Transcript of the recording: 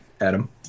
Adam